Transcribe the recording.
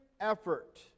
effort